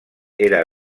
era